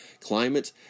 climate